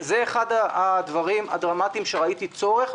זה אחד הדברים הדרמטיים שראיתי צורך לטפל בו.